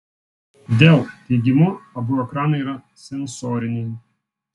dell teigimu abu ekranai yra sensoriniai